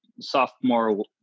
sophomore